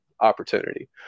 opportunity